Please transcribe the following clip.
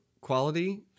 quality